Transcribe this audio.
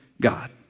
God